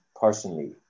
personally